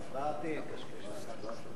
חנין זועבי וטלב אלסאנע לסעיף 1 לא התקבלה.